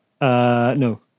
No